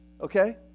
Okay